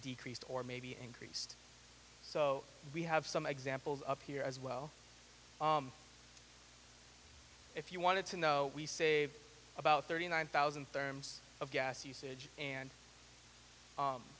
decreased or maybe increased so we have some examples up here as well if you wanted to know we save about thirty nine thousand therms of gas usage and